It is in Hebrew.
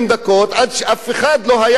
עד שאף אחד לא היה בחצר.